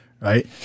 right